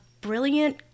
brilliant